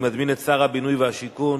אני מזמין את שר הבינוי והשיכון